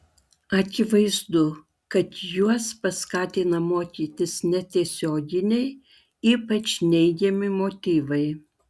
akivaizdu kad juos paskatina mokytis netiesioginiai ypač neigiami motyvai